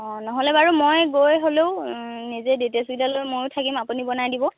অ ন'হলে বাৰু মই গৈ হ'লেও নিজে ডিটেইলচকেইটা লৈ মইও থাকিম আপুনিও বনাই দিব